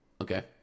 Okay